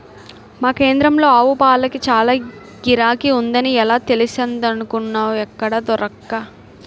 మా కేంద్రంలో ఆవుపాలకి చాల గిరాకీ ఉందని ఎలా తెలిసిందనుకున్నావ్ ఎక్కడా దొరక్క